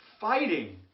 Fighting